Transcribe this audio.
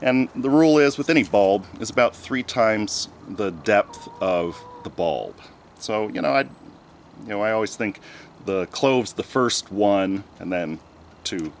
and the rule is with any fall is about three times the depth of the ball so you know i know i always think cloves the first one and then two